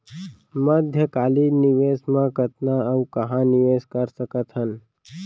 मध्यकालीन निवेश म कतना अऊ कहाँ निवेश कर सकत हन?